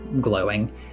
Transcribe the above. glowing